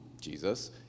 Jesus